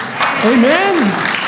Amen